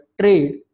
trade